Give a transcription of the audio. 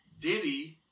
diddy